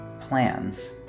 plans